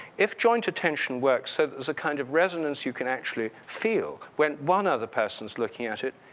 if joint attention works, so there's a kind of resonance you can actually feel when one other person's looking at it,